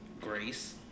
Grace